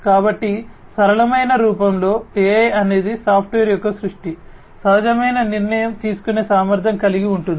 కాబట్టి సరళమైన రూపంలో AI అనేది సాఫ్ట్వేర్ యొక్క సృష్టి సహజమైన నిర్ణయం తీసుకునే సామర్ధ్యం కలిగి ఉంటుంది